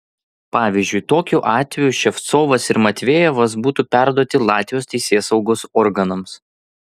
pavyzdžiui tokiu atveju ševcovas ir matvejevas būtų perduoti latvijos teisėsaugos organams